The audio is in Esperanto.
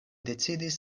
decidis